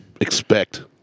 expect